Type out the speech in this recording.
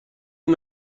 این